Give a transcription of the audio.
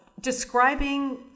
describing